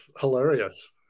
hilarious